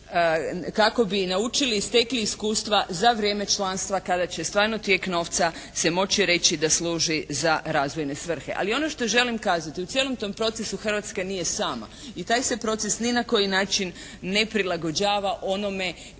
kako bi naučili i stekli iskustva za vrijeme članstva kada će stvarno tijek novca se moći reći da služi za razvojne svrhe. Ali ono što želim kazati, u cijelom tom procesu Hrvatska nije sama i taj se proces ni na koji način ne prilagođava onome